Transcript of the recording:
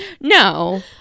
no